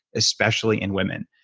especially in women.